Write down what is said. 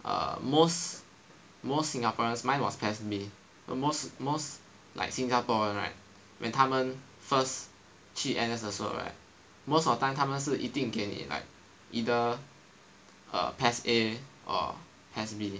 err most more singaporeans mine was PES B the most most like 新加坡人 right when 他们 first 去 N_S 的时候 right most of the time 他们是一定给你 like either err PES A or PES B